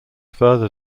further